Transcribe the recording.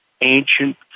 ancient